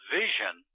vision